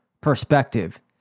perspective